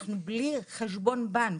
אנחנו בלי חשבון בנק.